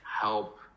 help